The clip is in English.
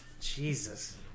Jesus